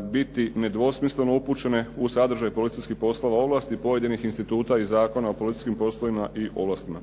biti nedvosmisleno upućene u sadržaj policijskih poslova ovlasti pojedinih instituta i Zakona o policijskim poslovima i ovlastima.